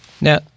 Now